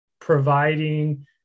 providing